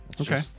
Okay